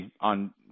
on